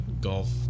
golf